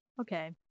Okay